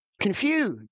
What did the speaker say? confused